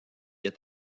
est